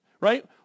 right